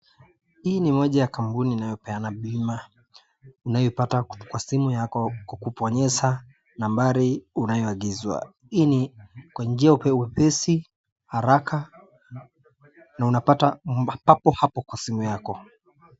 Hii ni moja ya kampuni inayopeana bima unayopata kwa simu yako kwa kubonyeza nambari unayoagizwa. Hii ni kwa njia ya uwepesi haraka na unapata papo hapo kwa simu yako.